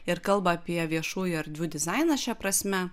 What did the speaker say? ir kalba apie viešųjų erdvių dizainą šia prasme